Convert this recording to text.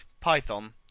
Python